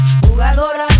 Jugadoras